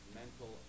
mental